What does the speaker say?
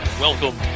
Welcome